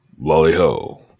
Lolly-ho